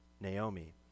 Naomi